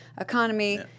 economy